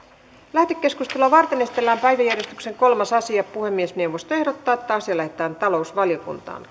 lähetekeskustelua varten esitellään päiväjärjestyksen kolmas asia puhemiesneuvosto ehdottaa että asia lähetetään talousvaliokuntaan